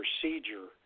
procedure